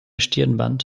stirnband